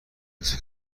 دوست